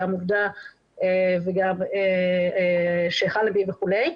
גם עובדה וגם שייח' אלנבי וכו'.